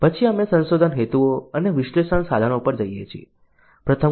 પછી અમે સંશોધન હેતુઓ અને વિશ્લેષણ સાધનો પર જઈએ છીએ